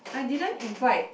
I didn't invite